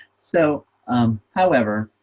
so however,